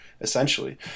essentially